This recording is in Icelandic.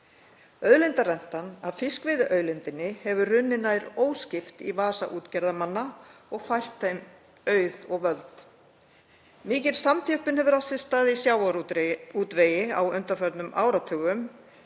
Auðlindarentan af fiskveiðiauðlindinni hefur runnið nær óskipt í vasa útgerðarmanna og fært þeim auð og völd. Mikil samþjöppun hefur átt sér stað í sjávarútvegi á undanförnum áratugum.